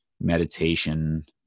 meditation